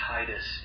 Titus